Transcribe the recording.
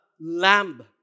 Lamb